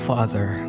Father